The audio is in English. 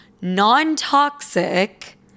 non-toxic